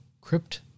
crypt